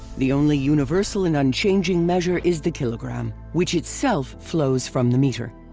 the only universal and unchanging measure is the kilogram, which itself flows from the meter.